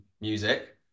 music